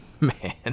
man